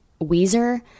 weezer